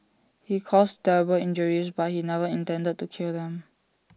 he caused terrible injuries but he never intended to kill them